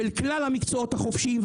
של כלל המקצועות החופשיים,